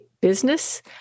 business